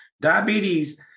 Diabetes